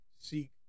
seek